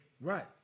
Right